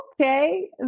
okay